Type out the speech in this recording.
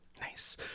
Nice